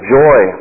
joy